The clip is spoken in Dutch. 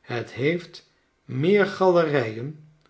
het heeft meer galerijen